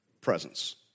presence